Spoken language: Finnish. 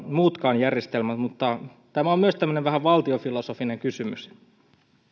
muutkaan järjestelmät mutta tämä on myös vähän valtiofilosofinen kysymys